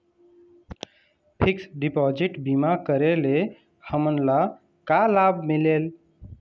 Fix deposit बीमा करे ले हमनला का लाभ मिलेल?